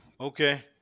Okay